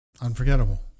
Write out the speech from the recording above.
unforgettable